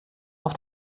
auf